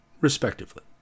respectively